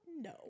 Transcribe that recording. No